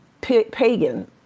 pagan